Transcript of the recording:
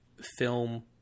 film